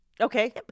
Okay